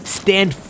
stand